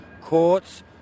courts